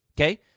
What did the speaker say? okay